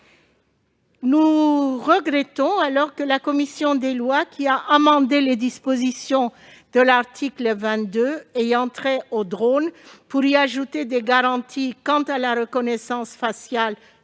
Nous regrettons que la commission des lois, qui a amendé les dispositions de l'article 22 ayant trait aux drones pour y ajouter des garanties relatives à la reconnaissance faciale